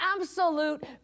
absolute